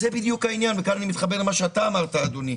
אני מתחבר למה שאמר היושב-ראש,